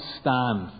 stand